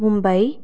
Mumbai